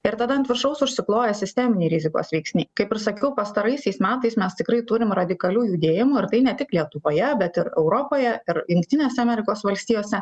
ir tada ant viršaus užsikloja sisteminiai rizikos veiksniai kaip ir sakiau pastaraisiais metais mes tikrai turim radikalių judėjimų ir tai ne tik lietuvoje bet ir europoje ir jungtinėse amerikos valstijose